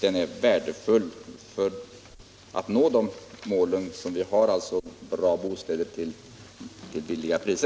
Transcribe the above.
den är värdefull när det gäller att nå vårt mål: bra bostäder till bra priser.